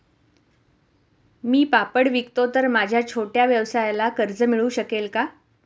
मी पापड विकतो तर माझ्या या छोट्या व्यवसायाला कर्ज मिळू शकेल का?